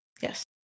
Yes